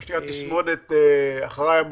מה שנקרא תסמונת אחריי המבול.